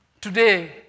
Today